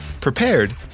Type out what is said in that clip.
prepared